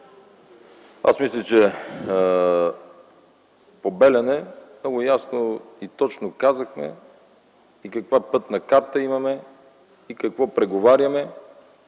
Аз мисля, че по „Белене” много ясно и точно казахме и каква пътна карта имаме и какво преговаряме